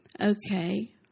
okay